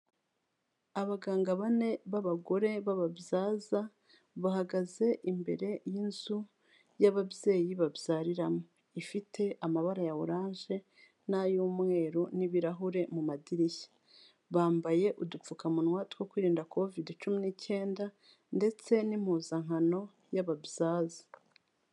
Abaganga bane b'abagore b'ababyaza bahagaze imbere y'inzu y'ababyeyi babyariramo, ifite amabara ya orange n'ay'umweru n'ibirahure mu madirishya, bambaye udupfukamunwa two kwirinda covidi cumi n'icyenda ndetse n'impuzankano y'ababyaza.